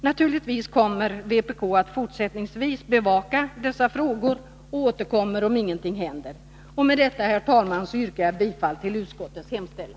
Naturligtvis kommer vpkatt fortsättningsvis bevaka dessa frågor, och vi återkommer om ingenting händer. Med detta, herr talman, yrkar jag bifall till utskottets hemställan.